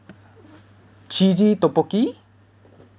cheesy tteokbokki